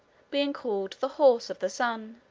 being called the horse of the sun.